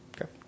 Okay